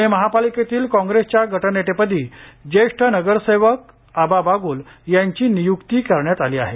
प्णे महापालिकेतील काँग्रेसच्या गटनेतेपदी ज्येष्ठ नगरसेवक आबा बाग्ल यांची नियुक्ती करण्यात आली आहे